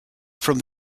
from